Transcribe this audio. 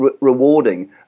rewarding